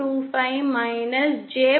25 minus J